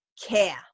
care